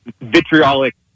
vitriolic